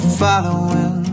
following